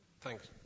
Thanks